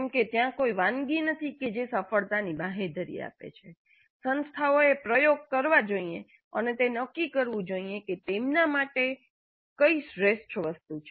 કેમ કે ત્યાં કોઈ વાનગીઓ નથી કે જે સફળતાની બાંયધરી આપે છે સંસ્થાઓએ પ્રયોગ કરવો જોઈએ અને તે નક્કી કરવું જોઈએ કે તેમના માટે કઈ શ્રેષ્ઠ વસ્તુ છે